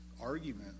argument